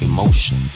Emotion